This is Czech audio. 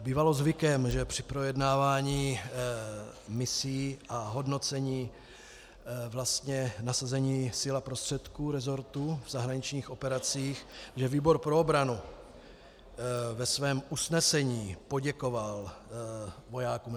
Bývalo zvykem, že při projednávání misí a hodnocení nasazení sil a prostředků rezortu v zahraničních operacích výbor pro obranu ve svém usnesení poděkoval vojákům.